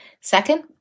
Second